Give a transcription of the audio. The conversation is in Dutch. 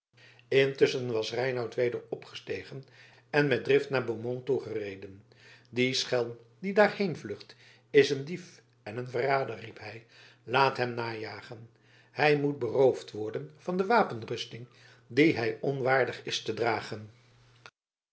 intusschen was reinout weder opgestegen en met drift naar beaumont toegereden die schelm die daar heenvlucht is een dief en een verrader riep hij laat hem najagen hij moet beroofd worden van de wapenrusting die hij onwaardig is te dragen